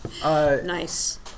Nice